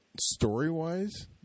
story-wise